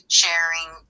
sharing